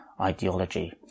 ideology